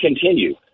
continue